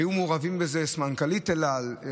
היו מעורבים בזה מנכ"לית אל על,